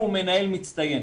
הוא מנהל מצטיין,